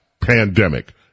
pandemic